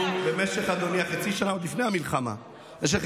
אנחנו במשך חצי שנה,